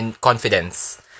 confidence